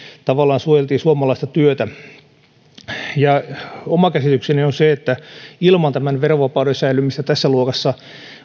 tavallaan suojeltiin suomalaista työtä oma käsitykseni on se että ilman tämän verovapauden säilymistä tässä luokassa